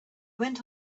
went